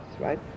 right